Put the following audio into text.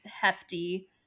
hefty